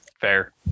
Fair